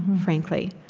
frankly.